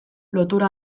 lotura